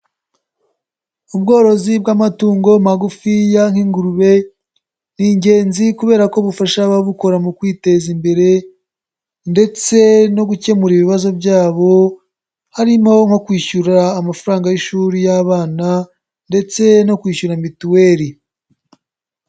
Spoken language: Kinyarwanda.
Ubworozi bw'amatungo magufiya nk'ingurube ni ingenzi kubera ko bufasha ababukora mu kwiteza imbere ndetse no gukemura ibibazo byabo harimo nko kwishyura amafaranga y'ishuri y'abana ndetse no kwishyura mituweri.